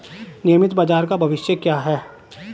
नियमित बाजार का भविष्य क्या है?